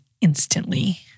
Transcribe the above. instantly